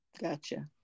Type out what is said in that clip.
Gotcha